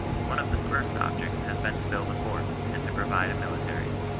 one of the first objects has been to build a fort, and to provide a military.